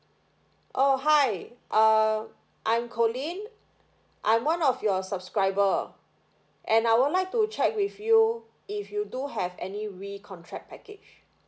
oh hi um I'm colleen I'm one of your subscriber and I would like to check with you if you do have any recontract package